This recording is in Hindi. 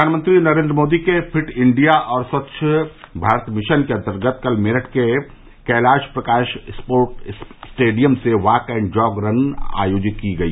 प्रधानमंत्री नरेन्द्र मोदी के फिट इंडिया और स्वच्छ भारत मिशन के अन्तर्गत कल मेरठ के कैलाश प्रकाश स्पोर्टस स्टेडियम से वाक एण्ड जॉग रन आयोजित की गई